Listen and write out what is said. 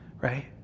right